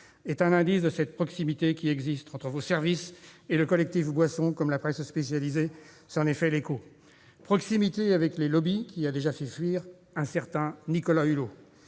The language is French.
est un indice de la proximité qui existe entre vos services et le collectif Boissons- la presse spécialisée s'en est fait l'écho. Cette proximité avec les lobbies a déjà fait fuir un certain Nicolas Hulot